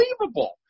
unbelievable